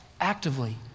actively